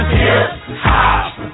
hip-hop